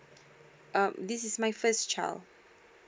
um this is my first child